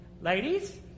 Ladies